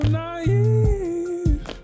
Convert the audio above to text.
naive